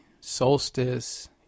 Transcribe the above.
Solstice